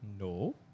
No